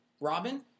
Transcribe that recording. Robin